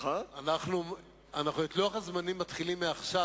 אנחנו את לוח הזמנים מתחילים מעכשיו,